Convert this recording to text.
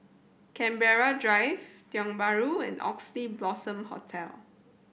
Canberra Drive Tiong Bahru and Oxley Blossom Hotel